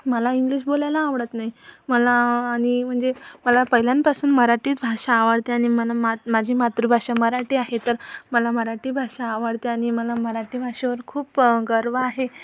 मला इंग्लिश बोलायला आवडत नाही मला आणि म्हणजे मला पहिल्यानपासून मराठीच भाषा आवडते आणि मना माझी मातृभाषा मराठी आहे तर मला मराठी भाषा आवडते आणि मला मराठी भाषेवर खूप गर्व आहे